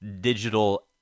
digital